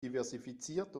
diversifiziert